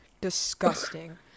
disgusting